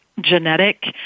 genetic